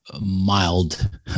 mild